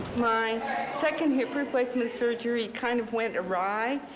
my second hip-replacement surgery kind of went awry,